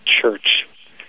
Church